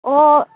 ꯑꯣ